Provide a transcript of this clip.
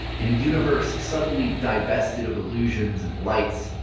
in a universe suddenly divested of illusions and lights,